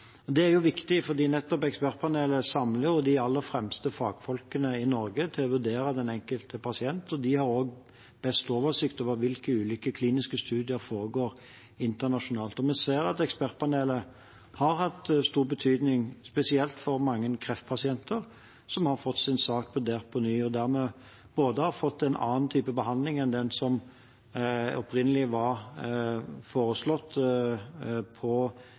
Det er viktig fordi ekspertpanelet samler de aller fremste fagfolkene i Norge til å vurdere den enkelte pasient, og de har også best oversikt over hvilke ulike kliniske studier som foregår internasjonalt. Vi ser at ekspertpanelet har hatt stor betydning, spesielt for mange kreftpasienter som har fått sin sak vurdert på nytt, og som dermed både har fått en annen type behandling enn den som opprinnelig var foreslått på